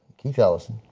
keith ellison,